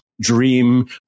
dream